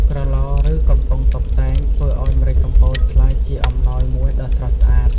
ក្រឡ ឬកំប៉ុងតុបតែងធ្វើឱ្យម្រេចកំពតក្លាយជាអំណោយមួយដ៏ស្រស់ស្អាត។